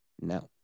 No